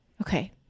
Okay